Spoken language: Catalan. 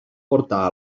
portar